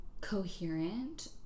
coherent